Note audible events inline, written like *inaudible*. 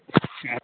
*unintelligible*